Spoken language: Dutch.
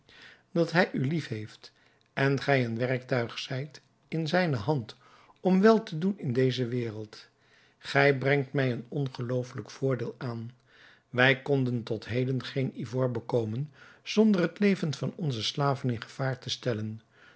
dat hij u lief heeft en gij een werktuig zijt in zijne hand om wel te doen in deze wereld gij brengt mij een ongeloofelijk voordeel aan wij konden tot heden geen ivoor bekomen zonder het leven van onze slaven in gevaar te stellen